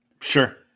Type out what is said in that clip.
sure